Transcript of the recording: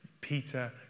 Peter